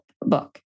book